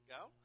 go